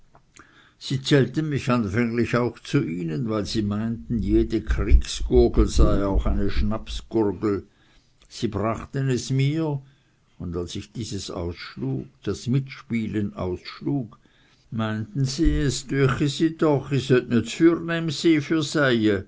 sie zählten mich anfänglich auch zu ihnen weil sie meinten jede kriegsgurgel sei auch eine schnapsgurgel sie brachten es mir und als ich dieses ausschlug das mitspielen ausschlug meinten sie es düeche si doch